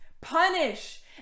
Punish